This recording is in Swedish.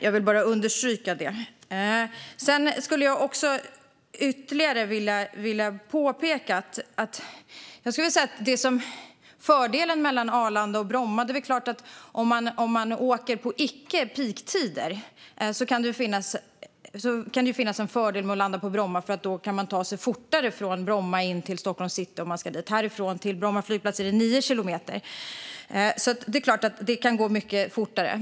Jag vill understryka det. Jag vill också ytterligare påpeka något rörande fördelarna med Arlanda och Bromma. Det är klart att om man åker på icke-peak-tider kan det finnas en fördel att landa på Bromma eftersom det då går att ta sig fortare från Bromma in till Stockholms city. Härifrån till Bromma flygplats är det nio kilometer. Det är klart att det kan gå fortare.